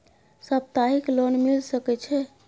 सप्ताहिक लोन मिल सके छै?